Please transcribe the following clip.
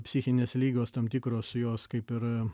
psichinės ligos tam tikros jos kaip ir